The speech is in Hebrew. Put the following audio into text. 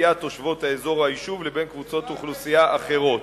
אוכלוסייה תושבות האזור או היישוב לקבוצות אוכלוסייה אחרות,